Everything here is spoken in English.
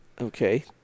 Okay